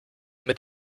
mit